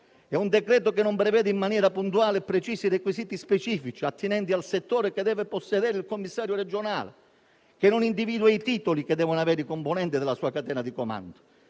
Il decreto-legge non prevede in maniera puntuale e precisa i requisiti specifici, attinenti al settore, che deve possedere il commissario regionale; non individua i titoli che devono avere i componenti della sua catena di comando;